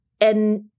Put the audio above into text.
And-